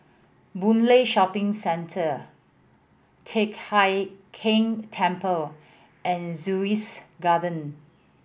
Boon Lay Shopping Centre Teck Hai Keng Temple and Sussex Garden